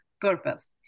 purpose